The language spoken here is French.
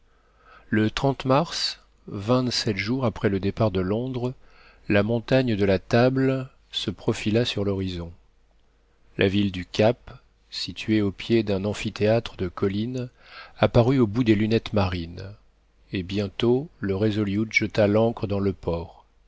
le mars vingt-sept jours après le départ de londres la montagne de la table se profila sur l'horizon la ville du cap située au pied d'un amphithéâtre de collines apparut au bout des lunettes marines et bientôt le resolute jeta l'ancre dans le port